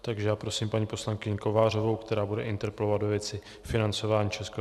Takže já prosím paní poslankyni Kovářovou, která bude interpelovat do věci Financování ČSBS.